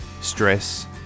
stress